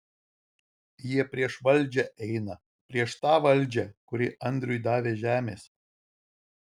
jie prieš valdžią eina prieš tą valdžią kuri andriui davė žemės